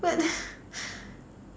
but